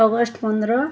August ପନ୍ଦର